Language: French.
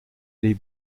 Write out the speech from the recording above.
lès